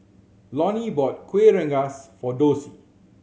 Lonnie bought Kueh Rengas for Dossie